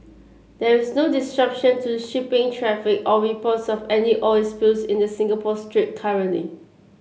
there is no disruption to shipping traffic or reports of any oil spills in the Singapore Strait currently